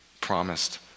promised